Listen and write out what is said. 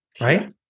Right